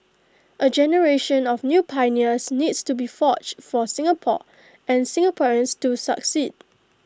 A generation of new pioneers needs to be forged for Singapore and Singaporeans to succeed